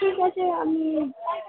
ঠিক আছে আমি